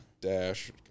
dash